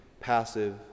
passive